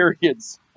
periods